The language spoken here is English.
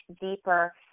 deeper